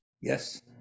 Yes